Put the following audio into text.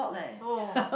oh